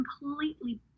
completely